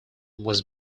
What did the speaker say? was